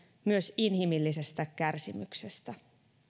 myös inhimillisestä kärsimyksestä